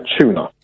tuna